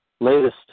latest